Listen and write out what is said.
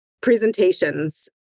presentations